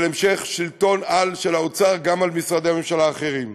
המשך שלטון של האוצר גם על משרדי הממשלה האחרים.